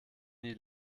nie